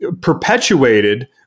perpetuated